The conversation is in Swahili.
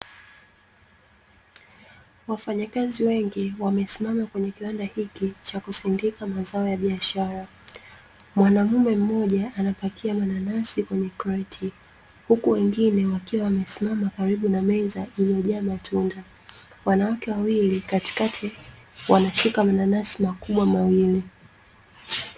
Wafanyakazi wengi wamesimama kwenye kiwanda hiki cha kusindika mazao ya biashara, mwanaume mmoja anapakia mananasi kwenye kreti, huku wengine wakiwa wamesimama karibu na meza iliyojaa matunda. Wanawake wawili katika wanashika mananasi makubwa mawili